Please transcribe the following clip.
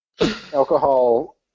alcohol